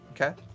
Okay